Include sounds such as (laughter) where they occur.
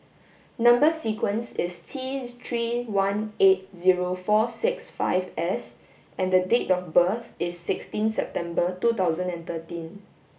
number sequence is T (unintelligible) three one eight zero four six five S and the date of birth is sixteen September two thousand and thirteen